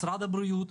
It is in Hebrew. משרד הבריאות,